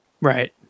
Right